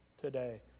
today